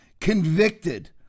convicted